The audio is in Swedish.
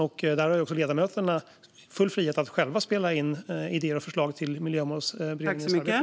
Och ledamöterna har där full frihet att själva spela in idéer och förslag i Miljömålsberedningens arbete.